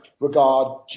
regard